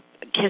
kiss